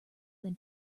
than